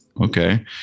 okay